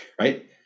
Right